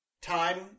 time